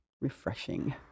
refreshing